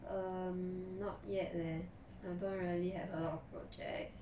um not yet leh I don't really have a lot of projects